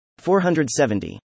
470